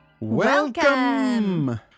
Welcome